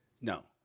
No